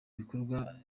bikorwa